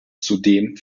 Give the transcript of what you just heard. zudem